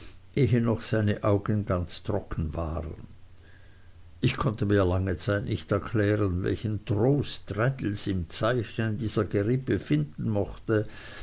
ehe noch seine augen ganz trocken waren ich konnte mir lange zeit nicht erklären welchen trost traddles im zeichnen dieser gerippe finden mochte